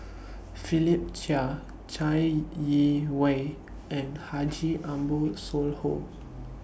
Philip Chia Chai Yee Wei and Haji Ambo Sooloh